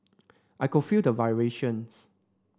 I could feel the vibrations